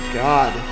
god